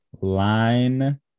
line